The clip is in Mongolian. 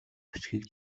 бичгийг